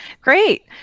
Great